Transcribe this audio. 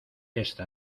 esta